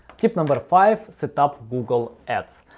tip number five setup google ads.